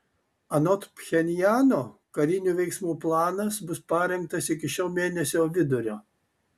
anot pchenjano karinių veiksmų planas bus parengtas iki šio mėnesio vidurio